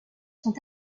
sont